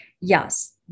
Yes